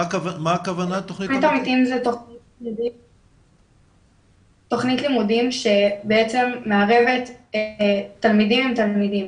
תכנית עמיתים היא תכנית לימודים שבעצם מערבת תלמידים עם תלמידים.